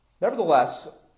Nevertheless